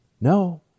No